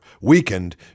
Weakened